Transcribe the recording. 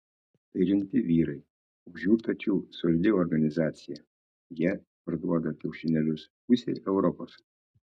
tai rimti vyrai už jų pečių solidi organizacija jie parduoda kiaušinėlius pusei europos